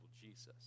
Jesus